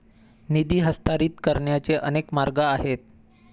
निधी हस्तांतरित करण्याचे अनेक मार्ग आहेत